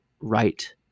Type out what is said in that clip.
right